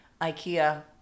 IKEA